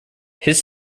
his